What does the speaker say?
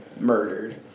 Murdered